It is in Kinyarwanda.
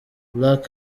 black